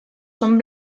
son